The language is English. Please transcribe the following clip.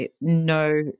no